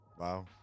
Wow